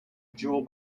jewel